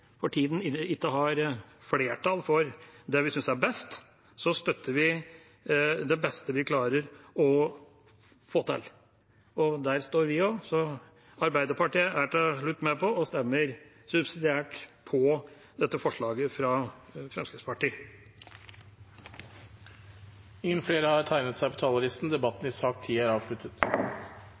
for tida ikke har flertall for det vi synes er best, støtter vi det beste vi klarer å få til. Der står vi også. Arbeiderpartiet er til slutt med på og stemmer subsidiært for forslaget fra Fremskrittspartiet. Flere har ikke bedt om ordet til sak nr. 10. Etter ønske fra helse- og omsorgskomiteen vil presidenten ordne debatten